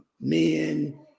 men